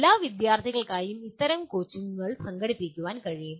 എല്ലാ വിദ്യാർത്ഥികൾക്കായും അത്തരം കോച്ചിംഗ് സംഘടിപ്പിക്കാൻ കഴിയും